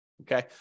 Okay